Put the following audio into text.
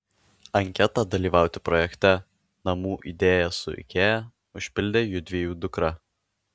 anketą dalyvauti projekte namų idėja su ikea užpildė judviejų dukra